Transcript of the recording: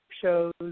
shows